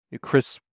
Chris